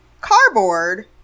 cardboard